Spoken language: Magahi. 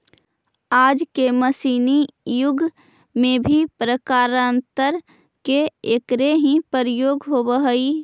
आज के मशीनी युग में भी प्रकारान्तर से एकरे ही प्रयोग होवऽ हई